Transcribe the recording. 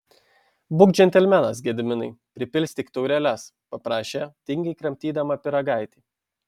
būk džentelmenas gediminai pripilstyk taureles paprašė tingiai kramtydama pyragaitį